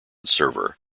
server